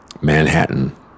Manhattan